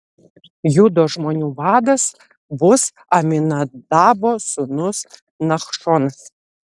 judo žmonių vadas bus aminadabo sūnus nachšonas